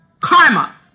karma